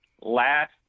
last